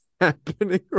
Happening